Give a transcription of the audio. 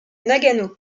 nagano